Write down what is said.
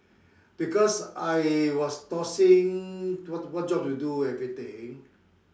because I was tossing what what job to do everything